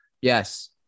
Yes